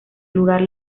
lugar